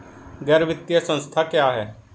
गैर वित्तीय संस्था क्या है?